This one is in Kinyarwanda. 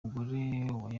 mugore